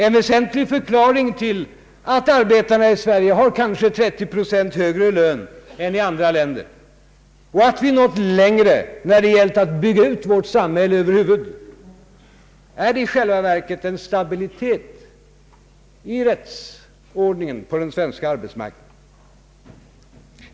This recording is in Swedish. En väsentlig förklaring till att arbetarna i Sverige har kanske 30 procent högre lön än i andra länder och att vi nått längre när det gäller att bygga ut vårt samhälle över huvud, är i själva verket stabiliteten i rättsordningen på den svenska arbetsmarknaden.